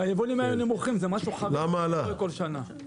למה זה עלה?